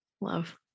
love